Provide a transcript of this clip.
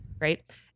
right